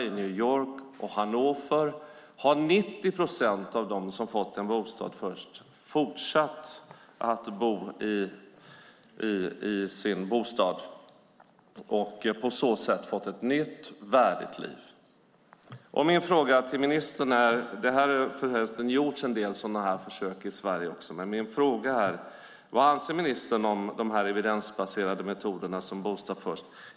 I New York och Hannover har 90 procent av dem som fått en bostad först fortsatt att bo i sin bostad och på så sätt fått ett nytt, värdigt liv. Det har gjorts en del sådana försök också i Sverige, och jag vill därför fråga vad ministern anser om de evidensbaserade metoderna, såsom bostad först.